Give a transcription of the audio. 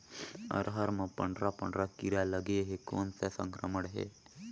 अरहर मे पंडरा पंडरा कीरा लगे हे कौन सा संक्रमण हे?